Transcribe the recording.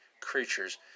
creatures